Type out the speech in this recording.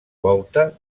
volta